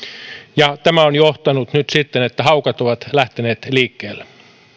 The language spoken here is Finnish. ja tämä on johtanut nyt sitten siihen että haukat ovat lähteneet liikkeelle